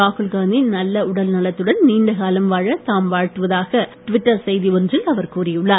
ராகுல் காந்தி நல்ல உடல்நலத்துடன் நீண்டகாலம் வாழ தாம் வாழ்த்துவதாக டுவிட்டர் செய்தி ஒன்றில் அவர் கூறியுள்ளார்